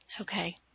Okay